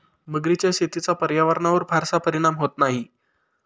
मगरीच्या शेतीचा पर्यावरणावर फारसा परिणाम होत नाही